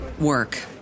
work